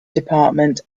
department